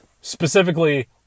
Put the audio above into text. specifically